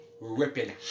ripping